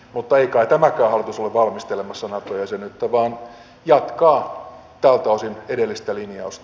mutta ei kai tämäkään hallitus ole valmistelemassa nato jäsenyyttä vaan jatkaa tältä osin edellistä linjausta